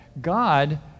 God